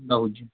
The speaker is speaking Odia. ହଉଛି